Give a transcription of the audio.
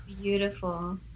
beautiful